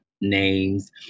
names